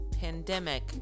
pandemic